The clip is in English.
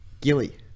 Gilly